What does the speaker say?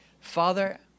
Father